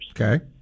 Okay